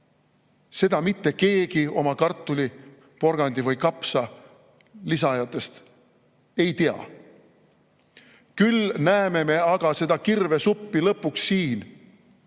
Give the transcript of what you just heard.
seda mitte keegi kartuli, porgandi või kapsa lisajatest ei tea. Küll näeme aga seda kirvesuppi lõpuks siin. Kes